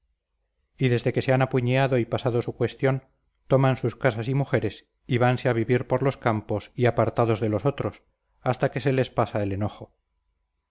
y desde que se han apuñeado y pasado su cuestión toman sus casas y mujeres y vanse a vivir por los campos y apartados de los otros hasta que se les pasa el enojo